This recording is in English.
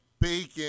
bacon